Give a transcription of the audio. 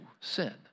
sin